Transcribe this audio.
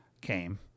came